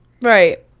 right